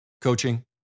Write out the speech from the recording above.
coaching